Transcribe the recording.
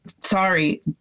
sorry